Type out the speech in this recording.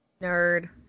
Nerd